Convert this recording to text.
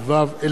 תודה.